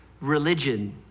religion